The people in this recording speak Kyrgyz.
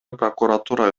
прокуратура